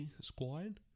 squad